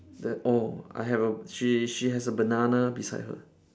the oh I have a she she has a banana beside her